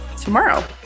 tomorrow